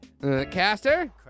Caster